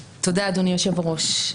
תודה, אדוני היושב-ראש.